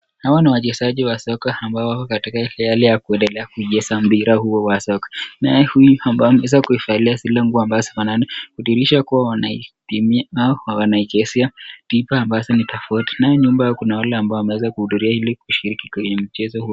Hawa ni wachezaji wa soka ambao wako katika hali ya kuendelea kuicheza mpira huo wa soka. Naye huyu ambaye ameweza kuivalia zile nguo ambazo hazifanani kudhihirisha kuwa wanaitimia au wanaichezea timu ambazo ni tofauti. Naye nyuma kuna wale ambao wameweza kuhudhuria ili kushiriki mchezo huo.